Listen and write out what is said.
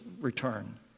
return